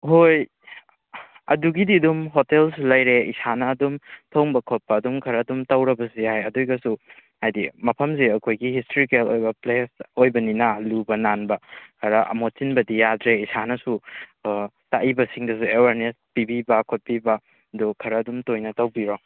ꯍꯣꯏ ꯑꯗꯨꯒꯤꯗꯤ ꯑꯗꯨꯝ ꯍꯣꯇꯦꯜ ꯂꯩꯔꯦ ꯏꯁꯥꯅ ꯑꯗꯨꯝ ꯊꯣꯡꯕ ꯈꯣꯠꯄ ꯑꯗꯨꯝ ꯈꯔ ꯑꯗꯨꯝ ꯇꯧꯔꯕꯁꯨ ꯌꯥꯏ ꯑꯗꯨꯑꯣꯏꯔꯁꯨ ꯍꯥꯏꯗꯤ ꯃꯐꯝꯁꯦ ꯑꯩꯈꯣꯏꯒꯤ ꯍꯤꯁꯇ꯭ꯔꯤꯀꯦꯜ ꯑꯣꯏꯕ ꯄ꯭ꯂꯦꯁ ꯑꯣꯏꯕꯅꯤꯅ ꯂꯨꯕ ꯅꯥꯟꯕ ꯈꯔ ꯃꯣꯠꯁꯤꯟꯕꯗꯤ ꯌꯥꯗ꯭ꯔꯦ ꯏꯁꯥꯅꯁꯨ ꯂꯥꯛꯏꯕꯁꯤꯡꯗꯁꯨ ꯑꯦꯋꯥꯔꯅꯦꯁ ꯄꯤꯕꯤꯕ ꯈꯣꯠꯄꯤꯕ ꯑꯗꯨ ꯈꯔ ꯑꯗꯨꯝ ꯇꯣꯏꯅ ꯇꯧꯕꯤꯔꯣ